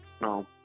no